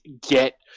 get